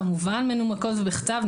כמובן מנומקות ובכתב.